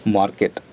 market